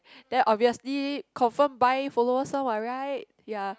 then obviously confirm buy followers one [what] right ya